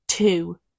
two